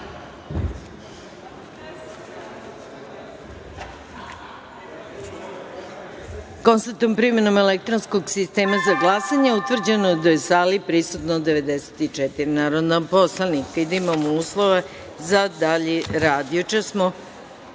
da je, primenom elektronskog sistema za glasanje, utvrđeno da je u sali prisutno 94 narodna poslanika i da imamo uslove za dalji rad. Juče smo